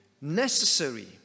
necessary